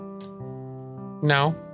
No